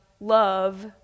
love